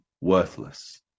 worthless